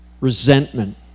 resentment